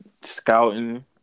scouting